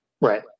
Right